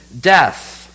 death